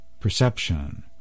perception